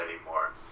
anymore